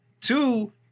Two